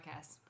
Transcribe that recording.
podcast